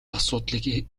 асуудлыг